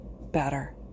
better